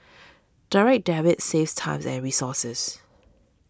direct Debit saves time and resources